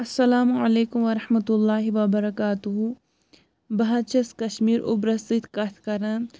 اَسَلامُ علیکُم ورحمتہ اللہ وَبَرَکاتُہ بہٕ حظ چھٮ۪س کَشمیٖر اُبرَس سۭتۍ کَتھ کَران